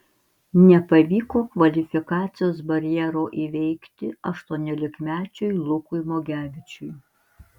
nepavyko kvalifikacijos barjero įveikti aštuoniolikmečiui lukui mugevičiui